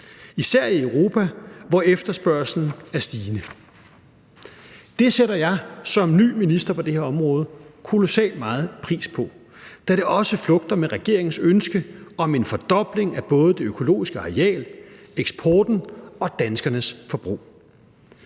især i Europa, hvor efterspørgslen er stigende. Det sætter jeg som ny minister på det her område kolossalt meget pris på, da det også flugter med regeringens ønske om en fordobling af både det økologiske areal, eksporten og danskernes forbrug.